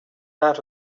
out